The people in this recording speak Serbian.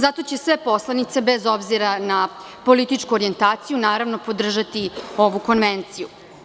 Zato će sve poslanice, bez obzira na političku orijentaciju, podržati ovu konvenciju.